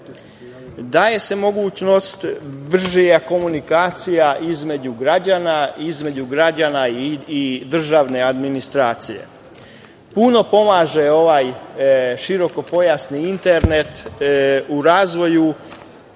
daje se mogućnost brže komunikacije, između građana i državne administracije. Puno pomaže širokopojasni internet u razvoju